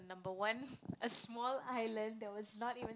number one a small island that was not even